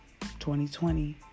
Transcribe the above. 2020